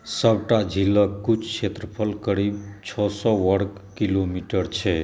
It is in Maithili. सबटा झीलके कुल क्षेत्रफल करीब छओ सओ वर्ग किलोमीटर छै